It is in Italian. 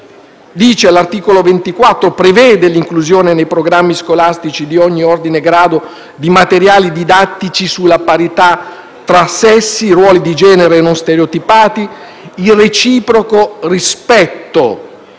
l'articolo 24 prevede l'inclusione nei programmi scolastici di ogni ordine e grado di materiali didattici sulla parità tra sessi, ruoli di genere non stereotipati e il reciproco rispetto.